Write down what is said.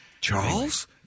Charles